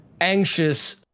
anxious